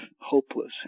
Hopeless